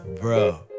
bro